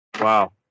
Wow